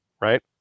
right